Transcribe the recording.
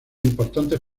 importantes